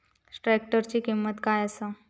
ट्रॅक्टराची किंमत काय आसा?